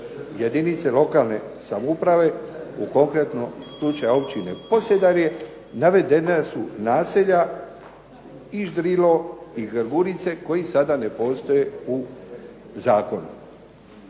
jedinice lokalne samouprave konkretno u slučaju Općine Posedarje navedena su naselja i Ždrilo i Grguriće koji sada ne postoje u zakonu.